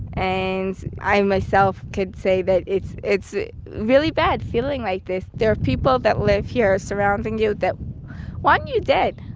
and i myself can say that it's it's really bad feeling like this. there are people that live here surrounding you that want you dead.